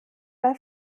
bei